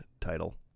title